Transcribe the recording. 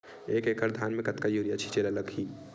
एक एकड़ धान में कतका यूरिया छिंचे ला लगही?